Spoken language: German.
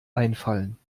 einfallen